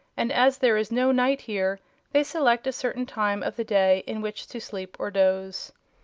and as there is no night here they select a certain time of the day in which to sleep or doze.